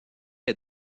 est